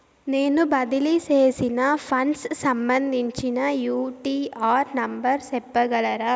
నేను బదిలీ సేసిన ఫండ్స్ సంబంధించిన యూ.టీ.ఆర్ నెంబర్ సెప్పగలరా